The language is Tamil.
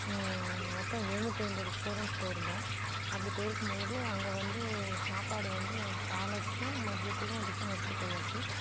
மொத்தம் எழுநூற்றி ஐம்பது ஸ்டூடெண்ட்ஸ் போயிருந்தோம் அப்படி போயிருக்கும்பொழுது அங்கே வந்து சாப்பாடு வந்து காலய்க்கும் மத்தியத்துக்கும் டிஃபன் எடுத்துகிட்டு போயாச்சு